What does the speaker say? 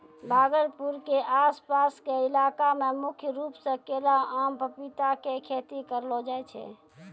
भागलपुर के आस पास के इलाका मॅ मुख्य रूप सॅ केला, आम, पपीता के खेती करलो जाय छै